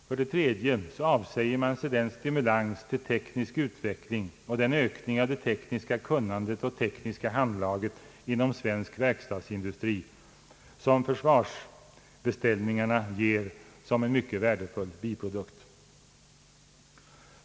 För det tredje avsäger man sig den stimulans till teknisk utveckling och den ökning av det tekniska kunnandet och handlaget inom svensk verkstadsindustri som = försvarsbeställningarna ger som en mycket värdefull biprodukt.